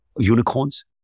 unicorns